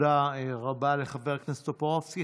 תודה רבה לחבר הכנסת טופורובסקי.